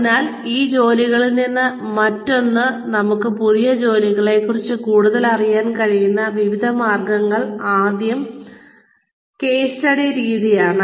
അതിനാൽ ഈ ജോലികളിൽ നിന്ന് മാറിനിന്ന് നമുക്ക് പുതിയ ജോലികളെക്കുറിച്ച് കൂടുതലറിയാൻ കഴിയുന്ന വിവിധ മാർഗങ്ങൾ ആദ്യം കേസ് സ്റ്റഡി രീതിയാണ്